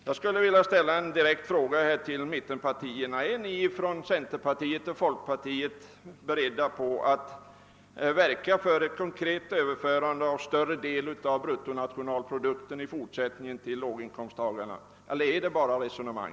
Jag skulle vilja ställa en direkt fråga till mittenpartierna: Är ni ifrån centerpartiet och folkpartiet beredda att verka för ett konkret överförande av större del av bruttonationalproduktens ökning i fortsättningen till låginkomsttagarna, eller är det bara resonemang?